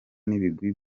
n’ibigwi